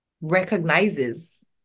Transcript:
recognizes